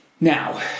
Now